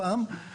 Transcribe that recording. פעם,